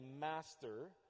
master